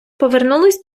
повернулись